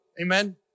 Amen